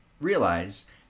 realize